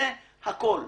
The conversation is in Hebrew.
זה הכול.